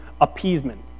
appeasement